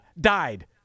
died